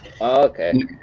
Okay